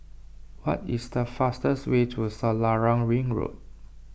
what is the fastest way to Selarang Ring Road